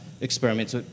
experiments